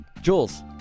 Jules